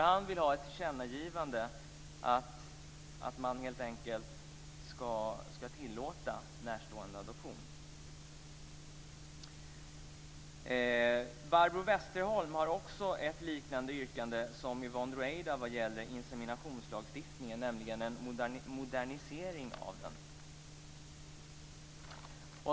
Han vill ha ett tillkännagivande om att man ska tillåta närståendeadoption. Barbro Westerholm har gjort ett yrkande liknande Yvonne Ruwaidas vad gäller inseminationslagstiftningen, nämligen om en modernisering av den.